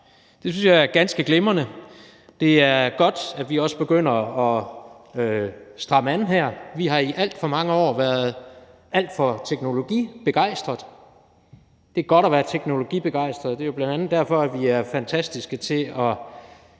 Det synes jeg er ganske glimrende. Det er godt, at vi også begynder at stramme an her. Vi har i alt for mange år været alt for teknologibegejstrede. Det er godt at være teknologibegejstret – det er jo bl.a. derfor, at vi er fantastiske til at